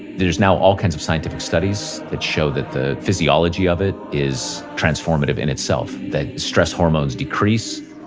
there's now all kinds of scientific studies that show that the physiology of it is transformative in itself. that stress hormones decrease.